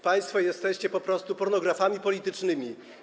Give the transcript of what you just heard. Państwo jesteście po prostu pornografami politycznymi.